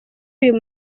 uyu